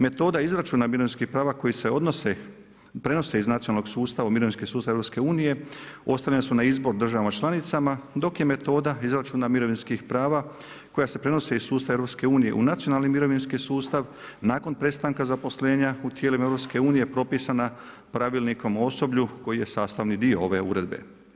Metoda izračuna mirovinskih prava koji se odnose, prenose iz nacionalnog sustava u mirovinski sustav EU ostavljena su na izbor državama članicama, dok je metoda izračuna mirovinskih prava koja se prenose iz sustava EU u nacionalni mirovinski sustav nakon prestanka zaposlenja u tijelima EU propisana Pravilnikom o osoblju koji je sastavni dio ove uredbe.